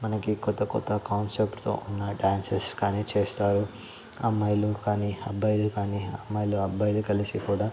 మనకి క్రొత్త క్రొత్త కాన్సెప్ట్తో ఉన్న డాన్సస్ కానీ చేస్తారు అమ్మాయిలు కానీ అబ్బాయిలు కానీ అమ్మాయిలు అబ్బాయిలు కలిసి కూడా